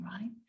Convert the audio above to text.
right